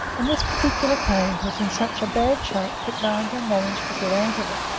and this particular cage was in such bad shape that rajah managed to get out of it.